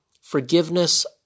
forgiveness